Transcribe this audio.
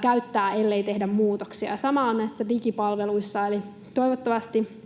käyttämään, ellei tehdä muutoksia. Sama on näissä digipalveluissa. Eli toivottavasti